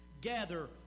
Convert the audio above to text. gather